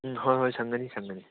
ꯎꯝ ꯍꯣꯏ ꯍꯣꯏ ꯁꯪꯒꯅꯤ ꯁꯪꯒꯅꯤ